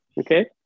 okay